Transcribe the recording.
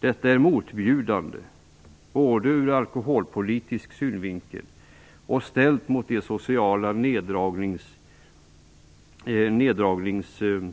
Detta är motbjudande både ur alkoholpolitisk synvinkel och mot bakgrund av de krav på sociala neddragningar som